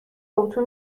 اتو